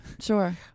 Sure